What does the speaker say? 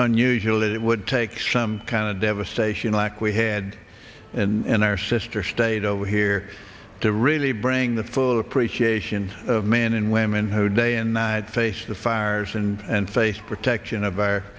unusual it would take some kind of devastation like we had and our sister state over here to really bring the full appreciation of men and women who day and night faced the fires and face protection of our